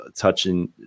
touching